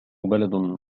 بلد